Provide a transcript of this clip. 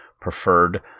preferred